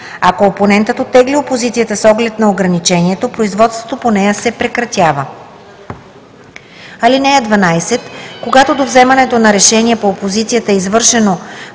Ако опонентът оттегли опозицията с оглед на ограничението, производството по нея се прекратява. (12) Когато до вземането на решение по опозицията е извършено